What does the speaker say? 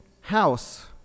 house